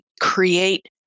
create